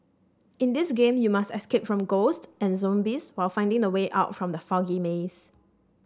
in this game you must escape from ghost and zombies while finding the way out from the foggy maze